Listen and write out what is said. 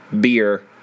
beer